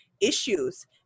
issues